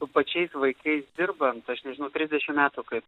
su pačiais vaikais dirbant aš nežinau trisdešim metų kaip